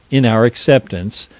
in our acceptance,